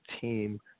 team